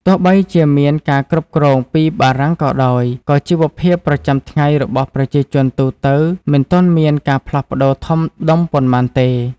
ទោះបីជាមានការគ្រប់គ្រងពីបារាំងក៏ដោយ ក៏ជីវភាពប្រចាំថ្ងៃរបស់ប្រជាជនទូទៅមិនទាន់មានការផ្លាស់ប្ដូរធំដុំប៉ុន្មានទេ។